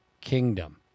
kingdom